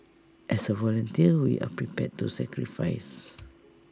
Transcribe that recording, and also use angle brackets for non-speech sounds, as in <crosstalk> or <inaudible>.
as A volunteer we are prepared to sacrifice <noise>